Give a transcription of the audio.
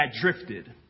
drifted